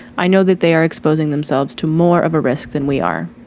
i know that they are exposing themselves to more of a risk than we are.